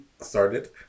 started